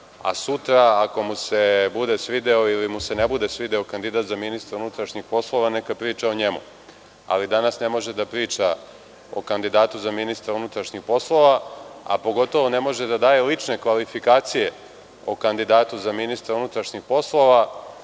Sutra, ako mu se bude svideo ili mu se ne bude svideo kandidat za ministra unutrašnjih poslova, neka priča o njemu, ali danas ne može da priča o kandidatu za ministra unutrašnjih poslova, a pogotovo ne može da daje lične kvalifikacije o kandidatu za ministra unutrašnjih poslova